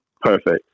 perfect